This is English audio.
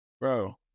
Bro